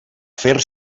fer